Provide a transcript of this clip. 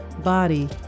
body